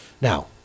Now